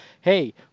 hey